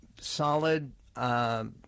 solid